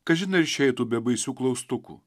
kažin ar išeitų be baisių klaustukų